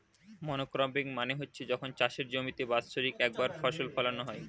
monocropping মানে হচ্ছে যখন চাষের জমিতে বাৎসরিক একবার ফসল ফোলানো হয়